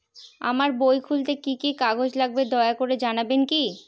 আমার বই খুলতে কি কি কাগজ লাগবে দয়া করে জানাবেন কি?